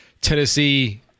Tennessee